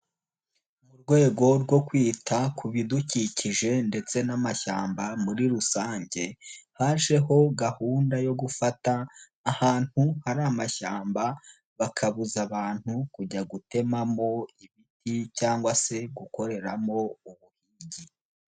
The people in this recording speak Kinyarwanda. Mu rwego rwo kwita ku bidukikije ndetse n'amashyamba muri rusange, hajeho gahunda yo gufata ahantu hari amashyamba bakabuza abantu kujya gutemamo ibiti, cyangwa se gukoreramo ubuhigi.